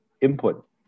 input